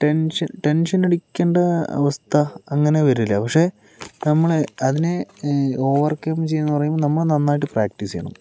tension tension അടിക്കേണ്ട അവസ്ഥ അങ്ങനെ വരൂല്ല പക്ഷേ നമ്മളതിനെ ഓവര്കം ചെയ്യുക എന്ന് പറയുമ്പോൾ നമ്മള് നന്നായിട്ട് പ്രാക്ടീസ് ചെയ്യണം